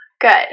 Good